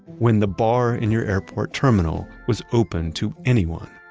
when the bar in your airport terminal was open to anyone,